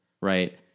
right